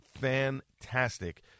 fantastic